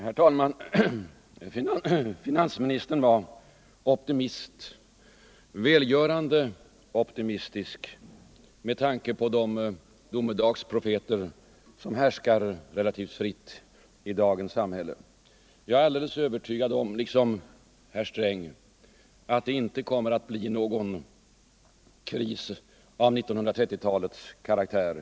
Herr talman! Finansministern var välgörande optimistisk med tanke på de domedagsprofeter som härskar relativt fritt i dagens samhälle. Jag är liksom herr Sträng alldeles övertygad om att det inte kommer att bli någon kris av 1930-talets karaktär.